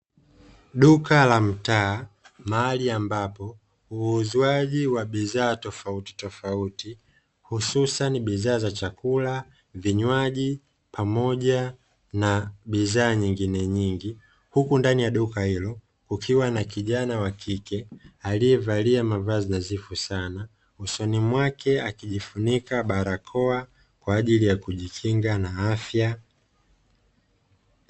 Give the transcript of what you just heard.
Duka la mtaa mahali ambapo uuzwaji wa bidhaa tofautitofauti hususani; bidhaa za chakula, vinywaji pamoja na bidhaa nyingine nyingi, huku ndani ya duka hilo ukiwa na kijana wa kike aliyevalia mavazi nadhifu sana, usoni mwake akijifunika barakoa kwa ajili ya kujikinga na afya.